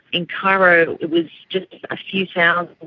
in cairo it was just a few thousand,